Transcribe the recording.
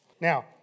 Now